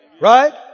Right